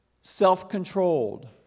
Self-controlled